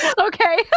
Okay